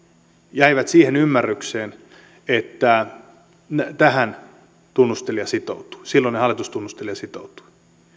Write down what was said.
jäivät siihen ymmärrykseen että tähän silloinen hallitustunnustelija sitoutui